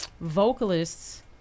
vocalists